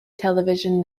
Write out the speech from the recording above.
television